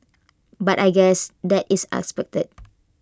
but I guess that is expected